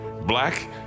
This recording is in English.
black